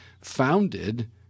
founded